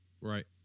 Right